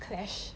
clash